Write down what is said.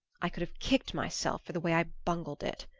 i could have kicked myself for the way i bungled it!